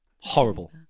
Horrible